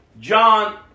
John